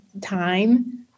time